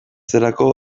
zelako